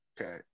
okay